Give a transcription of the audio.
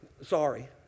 sorry